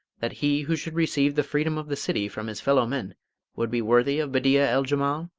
that he who should receive the freedom of the city from his fellow-men would be worthy of bedeea-el-jemal?